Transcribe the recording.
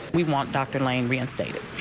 we want doctor lane reinstated.